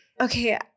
okay